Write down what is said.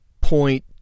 point